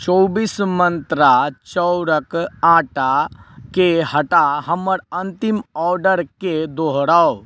चौबीस मंत्रा चाउरक आटाके हटा हमर अन्तिम ऑर्डरके दोहराउ